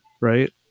right